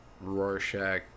Rorschach